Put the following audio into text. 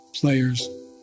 players